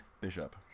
Bishop